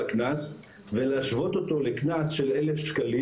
הקנס ולהשוות אותו לקנס של 1,000 שקלים.